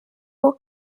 was